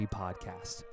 podcast